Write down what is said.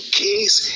case